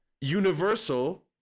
Universal